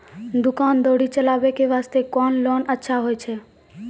दुकान दौरी चलाबे के बास्ते कुन लोन अच्छा होय छै?